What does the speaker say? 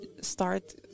start